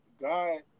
God